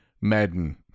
Madden